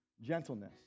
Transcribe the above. gentleness